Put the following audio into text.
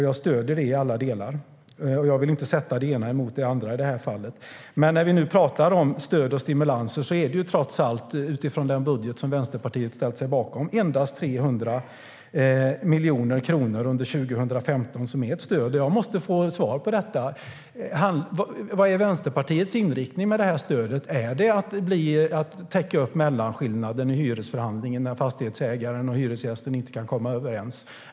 Jag stöder det i alla delar, och jag vill inte sätta det ena mot det andra i det här fallet. När vi nu pratar om stöd och stimulanser är det trots allt, utifrån den budget som Vänsterpartiet har ställt sig bakom, endast 300 miljoner kronor under 2015 som är ett stöd. Jag måste få svar på detta: Vad är Vänsterpartiets inriktning med det här stödet? Är det att täcka upp mellanskillnaden i hyresförhandlingen när fastighetsägare och hyresgästen inte kan komma överens?